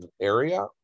area